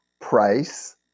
price